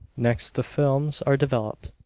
next the films are developed,